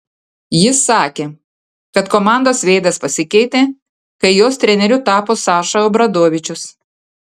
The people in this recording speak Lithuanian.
jis sakė kad komandos veidas pasikeitė kai jos treneriu tapo saša obradovičius